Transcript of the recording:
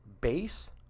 base